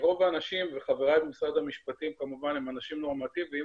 רוב האנשים וחבריי במשרד המשפטים כמובן הם אנשים נורמטיביים